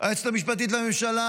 היועצת המשפטית לממשלה,